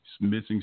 missing